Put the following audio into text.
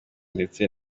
ndetse